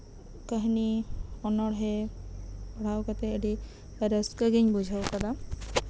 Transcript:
ᱠᱟᱹᱦᱱᱤ ᱚᱱᱚᱲᱦᱮᱸ ᱯᱟᱲᱦᱟᱣ ᱠᱟᱛᱮᱫ ᱟᱹᱰᱤ ᱨᱟᱹᱥᱠᱟᱹ ᱜᱤᱧ ᱵᱩᱡᱷᱟᱹᱣ ᱟᱠᱟᱫᱟ